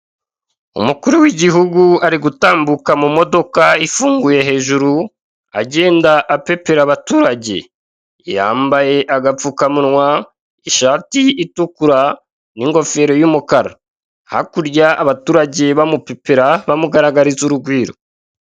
Umukuru w'igihugu ari gutambuka mu modoka ifunguye hejuru, agenda apepera abaturage. Yambaye agapfukamunwa, ishati utukura, n'ingofero y'umukara. Hakurya abaturage bamupepera, bamugaragariza urugwiro